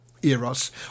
Eros